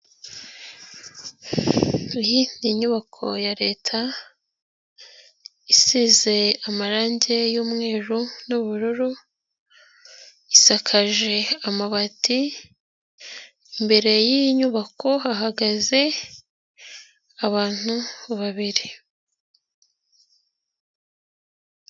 Iyi ni inyubako ya leta, isize amarangi y'umweru n'ubururu, isakaje amabati, imbere y'iyi nyubako hagaze abantu babiri.